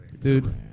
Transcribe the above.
dude